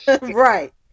Right